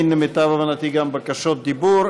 ואין למיטב הבנתי גם בקשות דיבור.